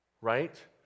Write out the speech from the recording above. Right